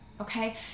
Okay